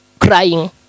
crying